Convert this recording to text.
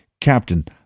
Captain